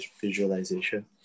visualization